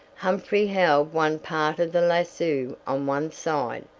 humphrey held one part of the lasso on one side,